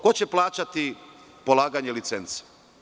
Ko će plaćati polaganje licence?